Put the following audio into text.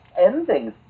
endings